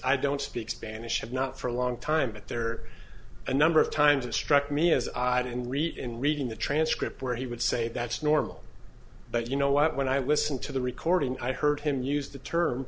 i don't speak spanish have not for a long time but there are a number of times it struck me as i didn't read in reading the transcript where he would say that's normal but you know what when i listened to the recording i heard him use the term